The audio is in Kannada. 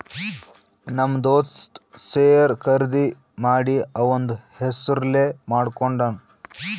ನಮ್ ದೋಸ್ತ ಶೇರ್ ಖರ್ದಿ ಮಾಡಿ ಅವಂದ್ ಹೆಸುರ್ಲೇ ಮಾಡ್ಕೊಂಡುನ್